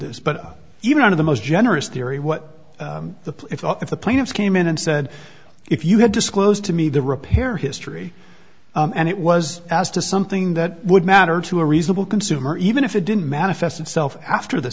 this but even out of the most generous theory what the if if the plaintiffs came in and said if you had disclosed to me the repair history and it was asked to something that would matter to a reasonable consumer even if it didn't matter if s itself after the